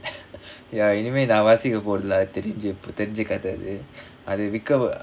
ya anyway நா வாசிக்க போறதில்ல அது தெரிஞ்சு இப்ப தெரிஞ்ச கத அது அத விக்கவ:naa vaasikka porathilla athu therinju ippa therinja katha athu atha vikkava